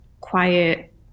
quiet